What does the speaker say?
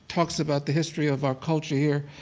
talks about the history of our culture here,